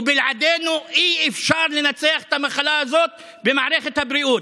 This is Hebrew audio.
ובלעדינו אי-אפשר לנצח את המחלה הזאת במערכת הבריאות.